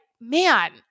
man